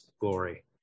glory